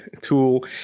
tool